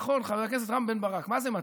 חבר הכנסת רם בן ברק, מה זה מצה?